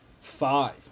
Five